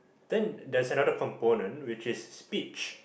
then there's another component which is speech